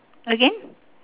again